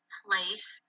place